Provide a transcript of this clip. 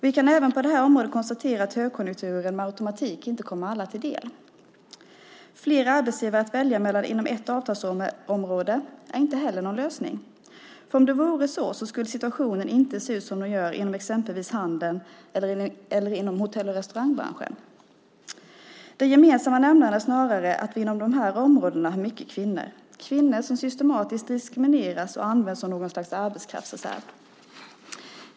Vi kan även på det här området konstatera att högkonjunkturen med automatik inte kommer alla till del. Flera arbetsgivare att välja mellan inom ett avtalsområde är inte heller någon lösning, för om det vore så skulle inte situationen se ut som den gör inom exempelvis handeln eller inom hotell och restaurangbranschen. Den gemensamma nämnaren är snarare att vi inom de här områdena har många kvinnor, kvinnor som systematiskt diskrimineras och används som något slags arbetskraftsreserv.